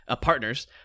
partners